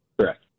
Correct